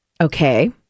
Okay